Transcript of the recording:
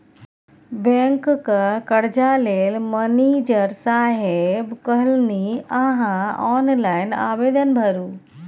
बैंकक कर्जा लेल मनिजर साहेब कहलनि अहॅँ ऑनलाइन आवेदन भरू